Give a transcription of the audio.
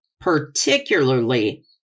particularly